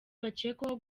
bakekwaho